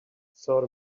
sort